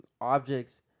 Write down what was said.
objects